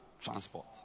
Transport